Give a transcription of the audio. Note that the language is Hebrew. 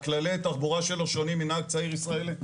כללי התחבורה שלו שונים מנהג צעיר ישראלי.